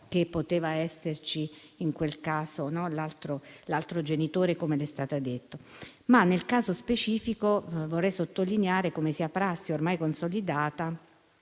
che poteva esserci in quel caso l'altro genitore, come è stato detto. Nel caso specifico vorrei sottolineare come sia prassi ormai consolidata